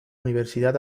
universidad